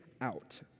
out